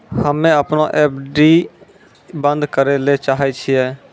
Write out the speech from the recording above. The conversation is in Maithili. हम्मे अपनो एफ.डी बन्द करै ले चाहै छियै